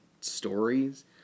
stories